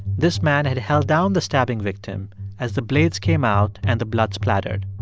this man had held down the stabbing victim as the blades came out and the blood splattered.